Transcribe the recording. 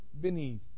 beneath